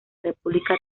república